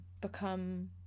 become